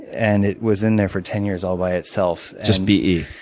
and it was in there for ten years all by itself. just b e.